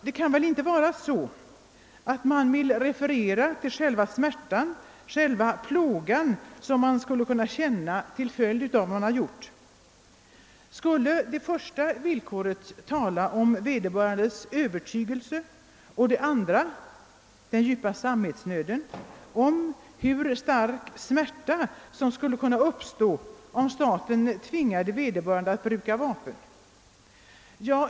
Det kan väl inte vara så att man vill referera till själva smärtan, själva plå gan som man skulle kunna känna till följd av vad man har gjort? Skulle det första villkoret tala om vederbörandes övertygelse och det andra, den djupa samvetsnöden, om hur stark smärta som skulle kunna uppstå, om staten tvingade vederbörande att bruka vapen?